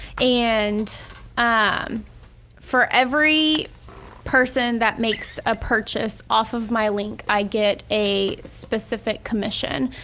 and um for every person that makes a purchase off of my link i get a specific commission.